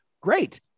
Great